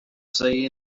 say